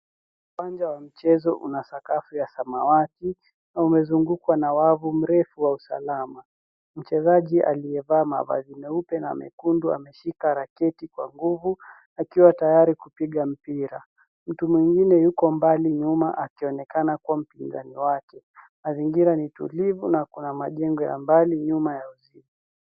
Uwanja wa mchezo una sakafu ya samawati na umezungukwa na wavu mrefu wa usalama. Chezaji aliyevaa mavazi meupe na mekundu ameshika raketi kwa nguvu akiwa tayari kupiga mpira. Mtu mwingine yuko mbali nyuma akionekana kuwa mpinzani wake. Mazingira ni tulivu na kuna majengo ya mbali nyuma ya uzi.